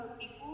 people